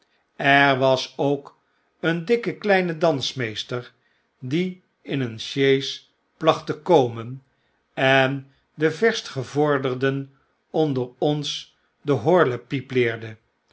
er was ook een dikke kleine dansmeester die in een sjees placht te komen en de verstgevorderden onder ons de horlepjjp leerde